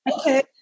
Okay